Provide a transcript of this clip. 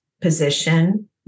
position